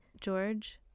George